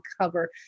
cover